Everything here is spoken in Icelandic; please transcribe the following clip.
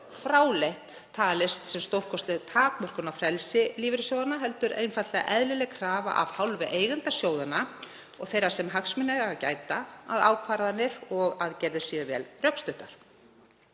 fráleitt talist stórkostleg takmörkun á frelsi lífeyrissjóðanna heldur einfaldlega eðlileg krafa af hálfu eigenda sjóðanna og þeirra sem hagsmuna eiga að gæta að ákvarðanir og aðgerðir séu vel rökstuddar.